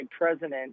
president